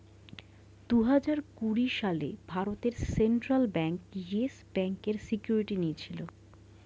দুহাজার কুড়ি সালে ভারতের সেন্ট্রাল ব্যাঙ্ক ইয়েস ব্যাঙ্কের সিকিউরিটি নিয়েছিল